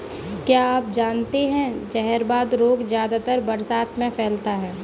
क्या आप जानते है जहरवाद रोग ज्यादातर बरसात में फैलता है?